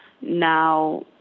Now